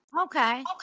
okay